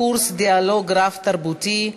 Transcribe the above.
קורס דיאלוג רב-תרבותי),